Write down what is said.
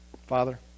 Father